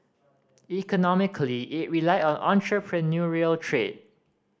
economically it relied on entrepreneurial trade